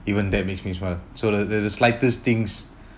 even that makes me smile so like the the slightest thing